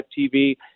TV